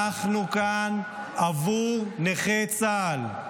אנחנו כאן עבור נכי צה"ל.